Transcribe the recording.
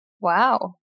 Wow